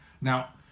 Now